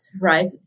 right